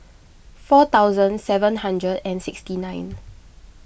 four thousand seven hundred and sixty nine